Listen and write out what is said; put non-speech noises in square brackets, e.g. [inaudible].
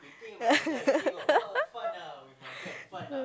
[laughs]